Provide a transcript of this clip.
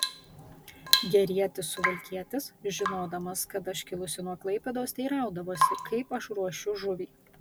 gerietis suvalkietis žinodamas kad aš kilusi nuo klaipėdos teiraudavosi kaip aš ruošiu žuvį